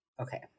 okay